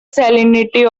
salinity